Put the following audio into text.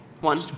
One